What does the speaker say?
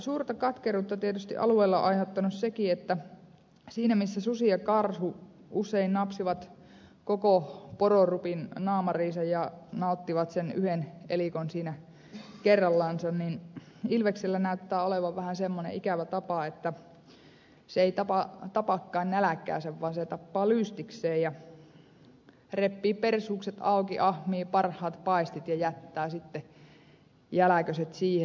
suurta katkeruutta tietysti alueella on aiheuttanut sekin että siinä missä susi ja karhu usein napsivat koko pororupin naamariinsa ja nauttivat sen yhen elikon siinä kerrallansa ilveksellä näyttää olevan vähän semmoinen ikävä tapa että se ei tapakaan näläkäänsä vaan se tappaa lystikseen ja reppii persuukset auki ahmii parhaat paistit ja jättää sitten jäläköset siihen